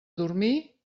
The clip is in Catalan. dormir